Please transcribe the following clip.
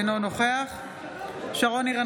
אינו נוכח שרון ניר,